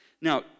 Now